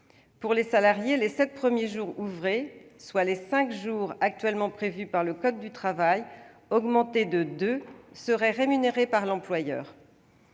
Pour les salariés, les sept premiers jours ouvrés- les cinq jours actuellement prévus par le code du travail augmentés de deux -seraient rémunérés par l'employeur